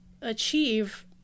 achieve